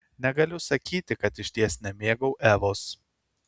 negaliu sakyti kad išties nemėgau evos